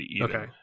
Okay